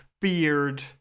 beard